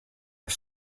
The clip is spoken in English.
are